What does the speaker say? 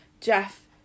Jeff